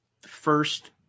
first